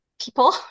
people